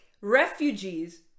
refugees